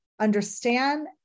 understand